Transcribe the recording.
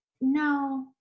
no